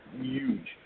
huge